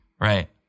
right